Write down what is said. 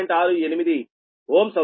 68Ω అవుతుంది